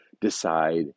decide